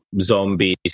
zombies